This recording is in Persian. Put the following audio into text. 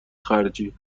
خرجی